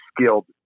skilled